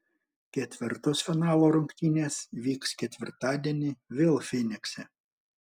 ketvirtos finalo rungtynės vyks ketvirtadienį vėl fynikse